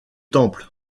temple